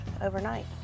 overnight